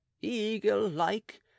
eagle-like